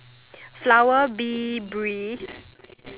flower Bee Bree